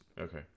Okay